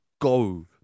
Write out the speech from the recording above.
go